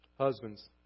Husbands